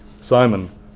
Simon